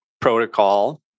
protocol